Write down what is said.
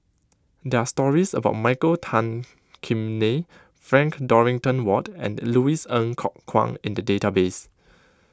there're stories of Michael Tan Kim Nei Frank Dorrington Ward and Louis Ng Kok Kwang in the database